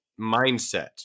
mindset